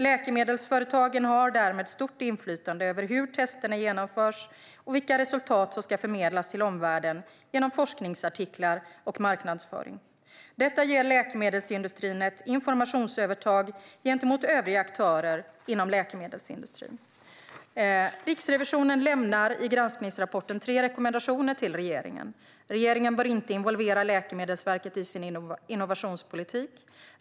Läkemedelsföretagen har därmed stort inflytande över hur testerna genomförs och vilka resultat som ska förmedlas till omvärlden genom forskningsartiklar och marknadsföring. Detta ger läkemedelsindustrin ett informationsövertag gentemot övriga aktörer inom läkemedelssektorn. Riksrevisionen lämnar i granskningsrapporten tre rekommendationer till regeringen: Regeringen bör inte involvera Läkemedelsverket i sin innovationspolitik.